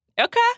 Okay